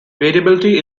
variability